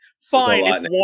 Fine